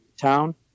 town